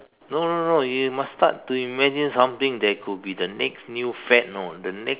no no no you must start to imagine something that could be the next new fad you know the next